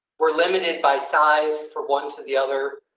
were limited by size for one to the other.